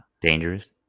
dangerous